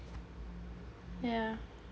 yeah